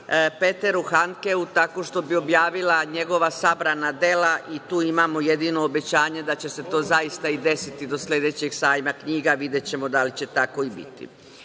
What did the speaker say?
Peteru Hankeu tako što bi objavila njegova sabrana dela i tu imamo jedino obećanje da će se to zaista i desiti do sledećeg Sajma knjiga, videćemo da li će tako i